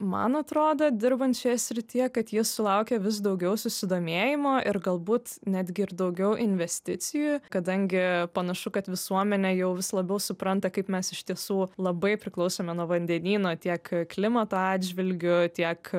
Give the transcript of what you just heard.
man atrodo dirbant šioje srityje kad jis sulaukia vis daugiau susidomėjimo ir galbūt netgi ir daugiau investicijų kadangi panašu kad visuomenė jau vis labiau supranta kaip mes iš tiesų labai priklausome nuo vandenyno tiek klimato atžvilgiu tiek